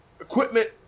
equipment